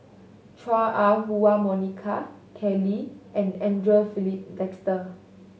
Chua Ah Huwa Monica Kelly Tang and Andre Filipe Desker